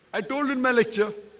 i told in my lecture